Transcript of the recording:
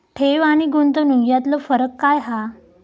ठेव आनी गुंतवणूक यातलो फरक काय हा?